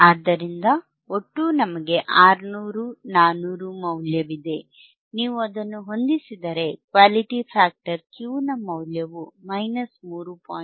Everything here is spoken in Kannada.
ಆದ್ದರಿಂದ ಒಟ್ಟು ನಮಗೆ 600 400 ಮೌಲ್ಯವಿದೆ ನೀವು ಅದನ್ನು ಹೊಂದಿಸಿದರೆ ಕ್ವಾಲಿಟಿ ಫ್ಯಾಕ್ಟರ್ Q ನ ಮೌಲ್ಯವು 3